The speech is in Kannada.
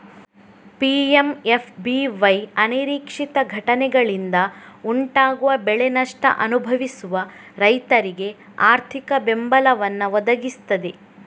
ಪಿ.ಎಂ.ಎಫ್.ಬಿ.ವೈ ಅನಿರೀಕ್ಷಿತ ಘಟನೆಗಳಿಂದ ಉಂಟಾಗುವ ಬೆಳೆ ನಷ್ಟ ಅನುಭವಿಸುವ ರೈತರಿಗೆ ಆರ್ಥಿಕ ಬೆಂಬಲವನ್ನ ಒದಗಿಸ್ತದೆ